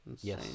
Yes